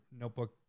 notebook